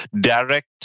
direct